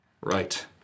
right